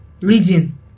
reading